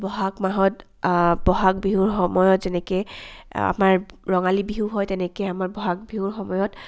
ব'হাগ মাহত ব'হাগ বিহুৰ সময়ত যেনেকে আমাৰ ৰঙালী বিহু হয় তেনেকে আমাৰ ব'হাগ বিহুৰ সময়ত